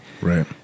Right